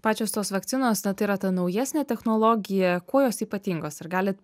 pačios tos vakcinos na tai yra ta naujesnė technologija kuo jos ypatingos ar galit